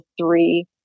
three